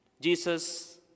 Jesus